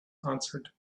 answered